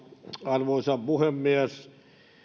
arvoisa puhemies